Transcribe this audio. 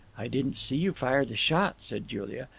i didn't see you fire the shot, said julia,